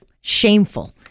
shameful